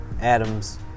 Adams